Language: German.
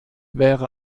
wäre